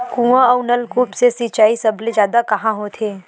कुआं अउ नलकूप से सिंचाई सबले जादा कहां होथे?